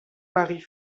marie